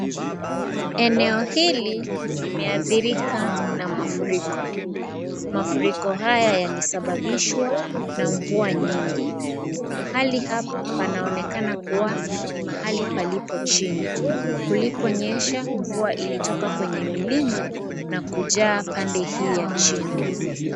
Eneo hili limeadhirika na mafuriko. Mafuriko haya yalisababishwa na mvua nyingi. Mahali hapa panaonekana kuwa ni mahali palipo chini. Kulipo nyesha mvua ilitoka kwenye milima na kujaa pande hii ya chini